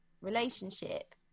relationship